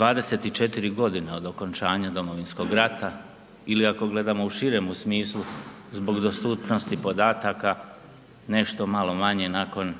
24 godine od okončanja Domovinskog rata ili ako gledamo u širemu smislu, zbog dostupnosti podataka, nešto malo manje nakon